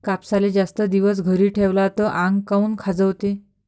कापसाले जास्त दिवस घरी ठेवला त आंग काऊन खाजवते?